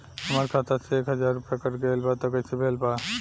हमार खाता से एक हजार रुपया कट गेल बा त कइसे भेल बा?